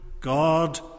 God